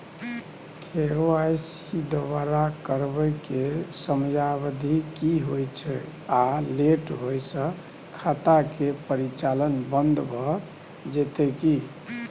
KYC दोबारा करबै के समयावधि की होय छै आ लेट होय स खाता के परिचालन बन्द भ जेतै की?